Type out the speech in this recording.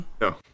No